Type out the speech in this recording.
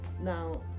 Now